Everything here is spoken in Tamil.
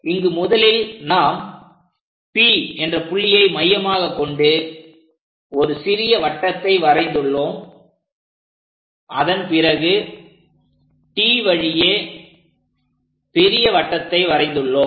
இங்கு முதலில் நாம் P என்ற புள்ளியை மையமாக கொண்டு ஒரு சிறிய வட்டத்தை வரைந்துள்ளோம் அதன் பிறகு T வழியே பெரிய வட்டத்தை வரைந்துள்ளோம்